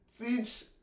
Teach